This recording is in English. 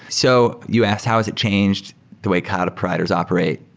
so you asked how has it changed the way kind of providers operate.